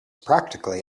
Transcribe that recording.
practically